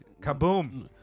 Kaboom